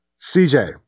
CJ